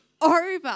over